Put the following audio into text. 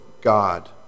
God